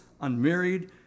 unmarried